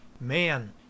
Man